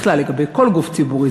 בכלל לגבי כל גוף ציבורי,